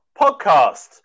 podcast